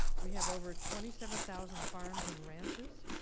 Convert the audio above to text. we have over twenty seven thousand farms and ranches.